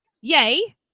Yay